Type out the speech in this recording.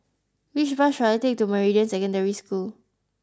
which bus should I take to Meridian Secondary School